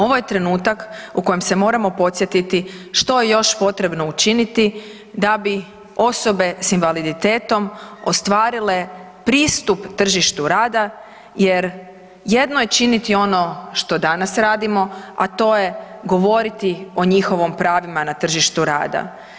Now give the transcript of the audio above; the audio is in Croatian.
Ovo je trenutak u kojem se moramo podsjetiti što je još potrebno učiniti da bi osobe s invaliditetom ostvarile pristup tržištu rada jer jedno je činiti ono što danas radimo, a to je govoriti o njihovim pravima na tržištu rada.